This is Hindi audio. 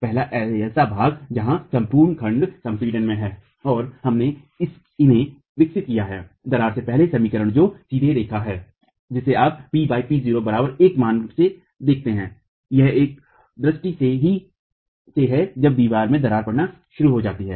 पहला ऐसा भाग जहां संपूर्ण खंड संपीडन में है और हमने इन्हें विकसित किया है दरार से पहले समीकरण जो सीधी रेखा है जिसे आप P P0 बराबर 1 मान से देखते हैं यह उस द्र्स्टी से है जब दीवार में दरार पड़ना शुरू हो जाती है